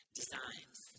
designs